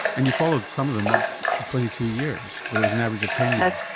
and you followed some of them up to twenty two years but it was an average of ten years.